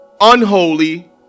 unholy